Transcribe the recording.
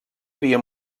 havia